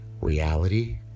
reality